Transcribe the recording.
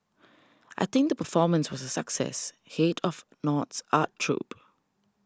I think the performance was a success head of the North's art troupe